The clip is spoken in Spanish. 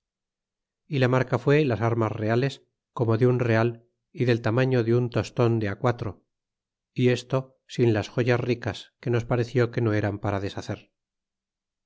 y la marca fué las armas reales como de un real y del tamaño de un toston cuatro y esto sin las joyas ricas que nos pareció que no eran para deshacer